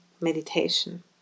meditation